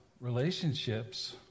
relationships